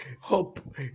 Hope